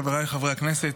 חבריי חברי הכנסת,